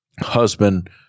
husband